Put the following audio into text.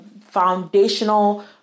foundational